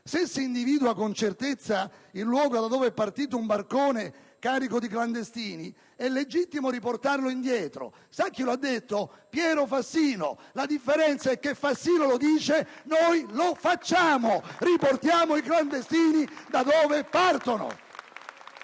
se si individua con certezza il luogo da dove è partito un barcone carico di clandestini, è legittimo riportarlo indietro. Sa chi l'ha pronunciata? Piero Fassino. La differenza è che Fassino lo dice, noi lo facciamo: riportiamo i clandestini da dove partono.